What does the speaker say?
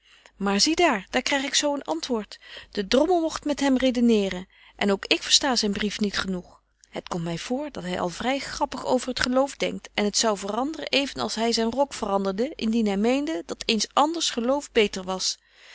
maar zie daar daar kryg ik zo een antwoord de drommel mogt met hem redeneren en ook ik versta zyn brief niet genoeg het komt my vr dat hy al vry grappig over t geloof denkt en het zou veranderen even als hy zyn rok veranderde indien hy meende dat eens anders geloof beter was